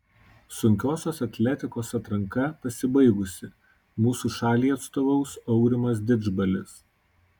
sunkiosios atletikos atranka pasibaigusi mūsų šaliai atstovaus aurimas didžbalis